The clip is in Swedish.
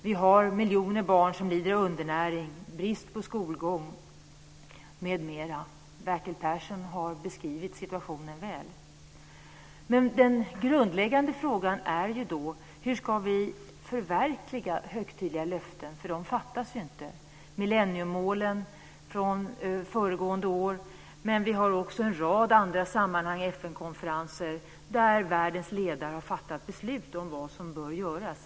Vi har miljoner barn som lider av undernäring, brist på skolgång m.m. Bertil Persson har beskrivit situationen väl. Den grundläggande frågan är: Hur ska vi förverkliga våra högtidliga löften? Det fattas ju inte sådana. Vi har millenniemålen från föregående år, men också en rad andra sammanhang, t.ex. FN-konferenser, där världens ledare har fattat beslut om vad som bör göras.